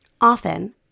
often